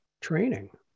training